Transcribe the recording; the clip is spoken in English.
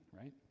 right